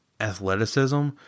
athleticism